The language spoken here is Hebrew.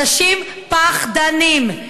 אנשים פחדנים.